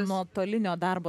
nuotolinio darbo